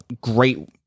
great